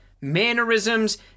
mannerisms